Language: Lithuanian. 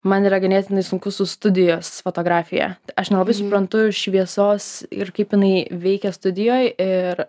man yra ganėtinai sunku su studijos fotografija aš nelabai suprantu šviesos ir kaip jinai veikia studijoj ir